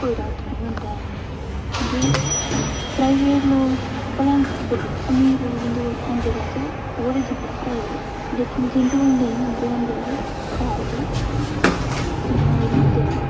उत्थै कोई डाक्टर निं होंदा ऐ दे प्राइवेट लोक बड्डे भलेआं अमीर लोक जिंदे कोल होंदे पैसे ओह् बड़े जंदे न प्राइवेट लेकिन जिंदे कोल नेंईं होंदे हैन बचैरे ओह् घर औंदे न इ'यां गै रौंह्दे न